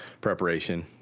preparation